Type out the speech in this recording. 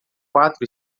quatro